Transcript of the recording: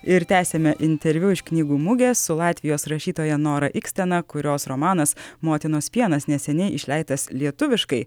ir tęsiame interviu iš knygų mugės su latvijos rašytoja nora ikstena kurios romanas motinos pienas neseniai išleistas lietuviškai